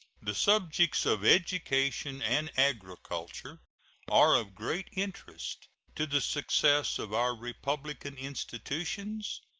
the subjects of education and agriculture are of great interest to the success of our republican institutions,